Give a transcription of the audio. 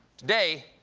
today,